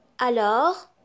Alors